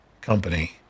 company